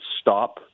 stop